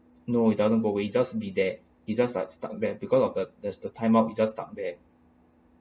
no it doesn't go away it just be there it's just like stuck there because of the there's the time up it just stuck there